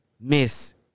Miss